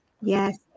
Yes